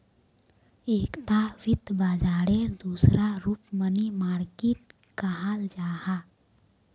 एकता वित्त बाजारेर दूसरा रूप मनी मार्किट कहाल जाहा